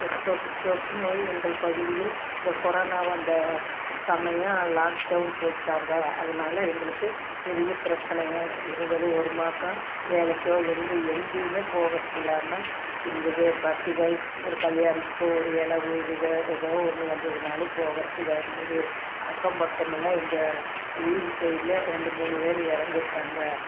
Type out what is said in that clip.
தொற் தொற் தொற்று நோய் எங்கள் பகுதியில் இந்த கொரோனா வந்த சமயம் லாக்டவுன் போட்டாங்க அதனால் எங்களுக்கு பெரிய பிரச்சனையாக இருந்தது ஒரு மாதம் வேலைக்கோ எங்க எங்கையும் போவதற்கு இல்லாமல் இருந்தது பஸ்ஸுகள் ஒரு கல்யாணத்துக்கோ ஒரு எவு இதுகள் ஏதோ ஒன்று வந்ததுனாலும் போவுறதுக்கு இதாக இருந்தது அக்கம் பக்கமெல்லாம் எங்கள் வீதி சைடில் ரெண்டு மூணு பேர் இறந்துருக்காங்க